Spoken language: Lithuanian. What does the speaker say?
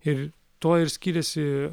ir tuo ir skiriasi